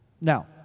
Now